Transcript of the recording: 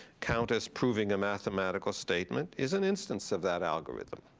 count as proving a mathematical statement, is an instance of that algorithm.